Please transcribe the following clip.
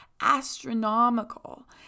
astronomical